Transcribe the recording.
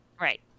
Right